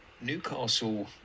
Newcastle